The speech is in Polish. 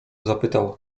zapytał